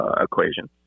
equation